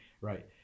right